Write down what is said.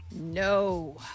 No